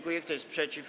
Kto jest przeciw?